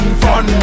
fun